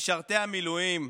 משרתי המילואים,